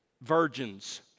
virgins